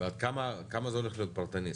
כמה זה הולך להיות פרטני?